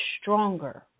stronger